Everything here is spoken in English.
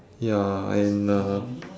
ya and uh